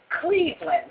Cleveland